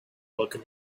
welcome